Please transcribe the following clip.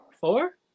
Four